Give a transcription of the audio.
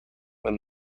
when